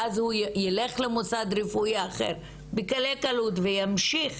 ואז הוא יילך למוסד רפואי אחר בקלי קלות וימשיך